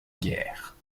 guerre